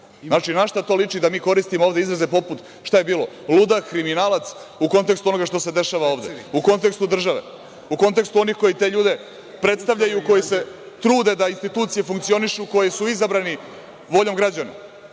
celom? Na šta to liči da mi koristimo izraze poput – šta je bilo, ludak, kriminalac, u kontekstu onoga što se dešava ovde, u kontekstu države? U kontekstu onih koji te ljude predstavljaju i koji se trude da institucije funkcionišu, koji su izabrani voljom građana. Šta